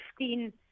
15